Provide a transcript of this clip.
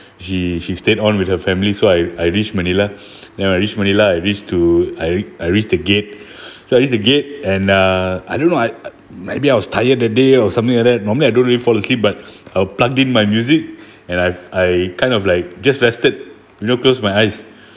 she she stayed on with her family so I I reached manilla then when I reached manilla I reached to I I reached the gate so I reached the gate and uh I don't know I maybe I was tired that day or something like that normally I don't really fall asleep but uh plugged in my music and I I kind of like just rested you know closed my eyes